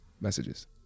messages